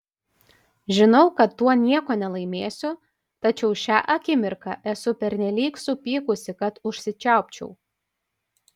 žinau kad tuo nieko nelaimėsiu tačiau šią akimirką esu pernelyg supykusi kad užsičiaupčiau